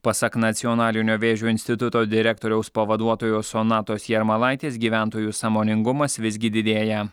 pasak nacionalinio vėžio instituto direktoriaus pavaduotojos sonatos jarmalaitės gyventojų sąmoningumas visgi didėja